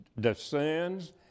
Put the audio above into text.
descends